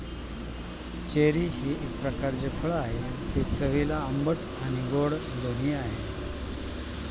cherry एक प्रकारचे फळ आहे, ते चवीला आंबट आणि गोड दोन्ही आहे